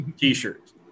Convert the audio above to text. t-shirts